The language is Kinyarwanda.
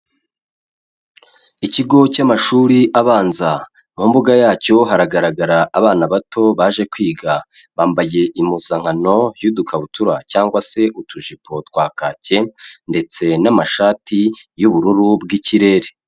Ikigo cy'amashuri abanza, mu mbuga yacyo haragaragara abana bato baje kwiga. Bambaye impuzankano y'udukabutura cyangwa se utujipo twa kake ndetse n'amashati y'ubururu bw'ikirere.